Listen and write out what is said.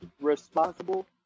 responsible